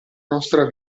nostra